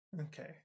Okay